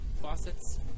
faucets